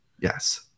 Yes